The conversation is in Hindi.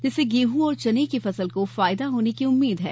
जिससे गेंहूँ और चने की फसल को फायदा होने की उम्मीद है